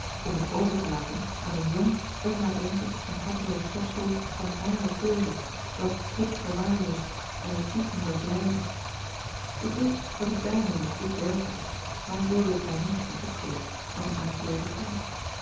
om het over te laten aan een jong onnadenkend en harteloos schepsel van hare keuze dat het kind verwaarloosde en de stiefmoeder vleide ik wist dat ik daarmee een goed werk deed maar ik wilde het mij niet zien opgelegd als een aangewezen taak